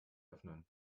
öffnen